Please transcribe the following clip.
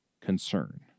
concern